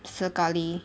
sekali